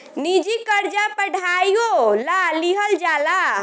निजी कर्जा पढ़ाईयो ला लिहल जाला